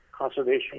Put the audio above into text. conservation